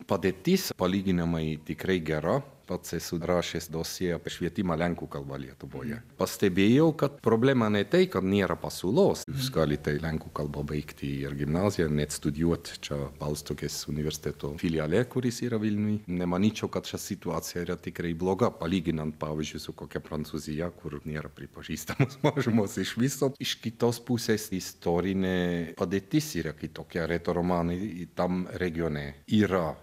padėtis palyginamai tikrai gera pats esu rašęs dosjė apie švietimą lenkų kalba lietuvoje pastebėjau kad problema ne tai kad nėra pasiūlos vis gali tai lenkų kalba baigti ir gimnaziją net studijuoti čia balstogės universiteto filiale kuris yra vilniuj nemanyčiau kad situacija yra tikrai bloga palyginant pavyzdžiui su kokia prancūzija kur nėra pripažįstamos mažumos iš viso iš kitos pusės istorinė padėtis yra kitokia retoromanai tam regione yra